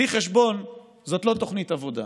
בלי חשבון זה לא תוכנית עבודה.